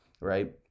right